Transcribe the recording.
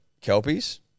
Kelpies